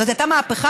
זאת הייתה מהפכה,